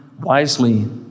wisely